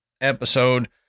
episode